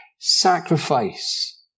Sacrifice